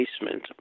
basement